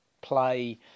play